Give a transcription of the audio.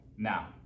Now